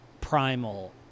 Primal